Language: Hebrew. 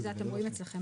שזה אתם רואים אצלכם.